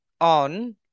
on